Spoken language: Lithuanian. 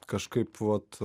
kažkaip vat